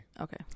Okay